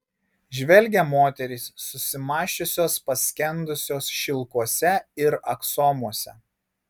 žvelgia moterys susimąsčiusios paskendusios šilkuose ir aksomuose